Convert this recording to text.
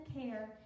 care